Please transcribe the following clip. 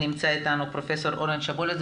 נמצא איתנו פרופ' אורן שבולת,